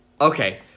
Okay